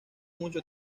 mucho